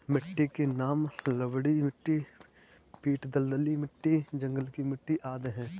मिट्टी के नाम लवणीय मिट्टी, पीट दलदली मिट्टी, जंगल की मिट्टी आदि है